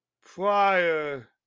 prior